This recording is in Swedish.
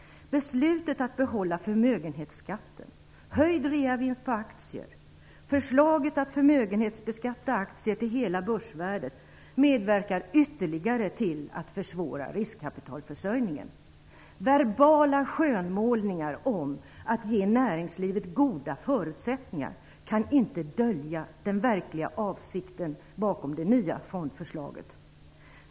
Beslutet att behålla förmögenhetsskatten, höjd reavinst på aktier och förslaget att förmögenhetsbeskatta aktier till hela börsvärdet medverkar ytterligare till att försvåra riskkapitalförsörjningen. Verbala skönmålningar om att ge näringslivet goda förutsättningar kan inte dölja den verkliga avsikten bakom det nya fondförslaget.